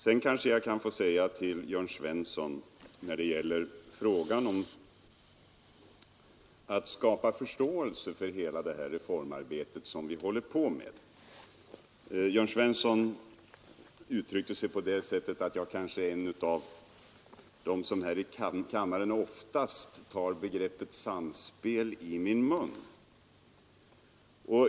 Sedan kanske jag kan få säga till herr Svensson i Malmö när det gäller frågan om att skapa förståelse för hela det reformarbete vi håller på med: Jörn Svensson uttryckte sig på det sättet att jag kanske är en av dem som här i kammaren oftast tar ordet samspel i min mun.